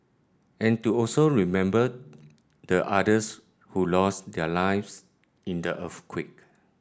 and to also remember the others who lost their lives in the earthquake